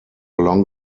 long